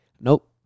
nope